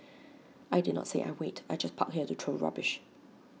I did not say I wait I just park here to throw rubbish